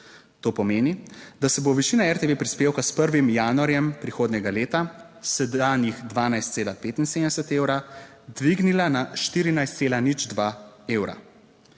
To pomeni, da se bo višina RTV prispevka s 1. januarjem prihodnjega leta iz sedanjih 12,75 evra, dvignila na 14,02 evra.